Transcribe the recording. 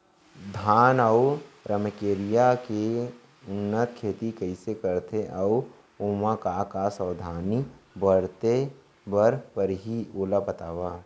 धान अऊ रमकेरिया के उन्नत खेती कइसे करथे अऊ ओमा का का सावधानी बरते बर परहि ओला बतावव?